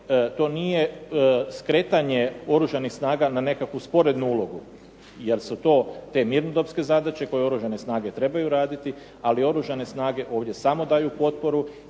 to nije skretanje oružanih snaga na nekakvu sporednu ulogu, jer su to, te mirnodopske zadaće koje oružane snage trebaju raditi, ali oružane snage ovdje samo daju potporu